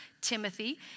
Timothy